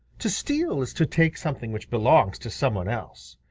to steal is to take something which belongs to some one else.